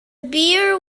beer